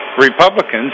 Republicans